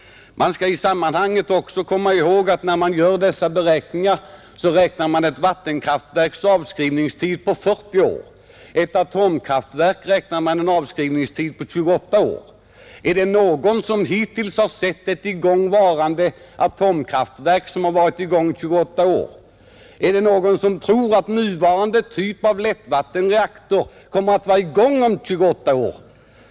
Vi skall i sammanhanget också komma ihåg att när man gör dessa beräkningar sätter man avskrivningstiden för ett vattenkraftverk till 40 år och för ett atomkraftverk till 28 år. Är det någon som hittills har sett ett atomkraftverk som har varit i gång 28 år? Är det någon som tror att nuvarande typ av lättvattenreaktor kommer att vara i gång om 28 år?